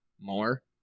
more